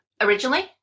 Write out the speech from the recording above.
originally